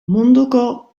munduko